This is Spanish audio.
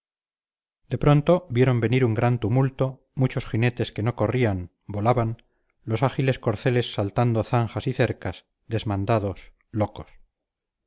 de pronto vieron venir un gran tumulto muchos jinetes que no corrían volaban los ágiles corceles saltando zanjas y cercas desmandados locos